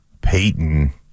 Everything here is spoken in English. Peyton